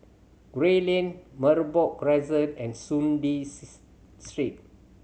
Gray Lane Merbok Crescent and Soon Lee Street